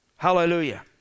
Hallelujah